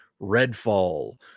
Redfall